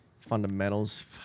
Fundamentals